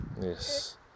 Yes